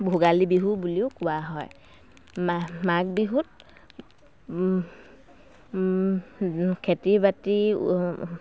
ভোগালী বিহু বুলিও কোৱা হয় মাঘ বিহুত খেতি বাতি